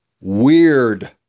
weird